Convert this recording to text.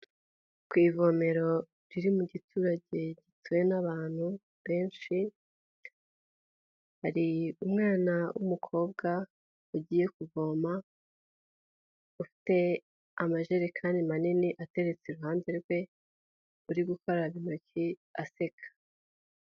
Ku ivomero riri mu giturage gituwe n'abantu benshi, hari umwana w'umukobwa ugiye kuvoma, ufite amajerekani manini ateretse iruhande rwe, uri gukaraba intoki aseka.